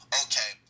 okay